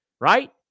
right